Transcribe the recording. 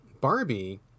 Barbie